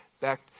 back